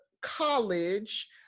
college